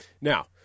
Now